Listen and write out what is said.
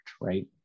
right